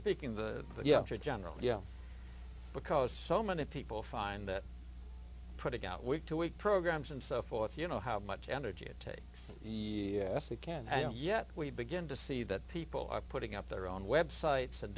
speaking the younger general yeah because so many people find that pretty gal week to week programs and so forth you know how much energy it takes years to can i don't yet we begin to see that people are putting up their own websites and